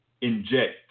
inject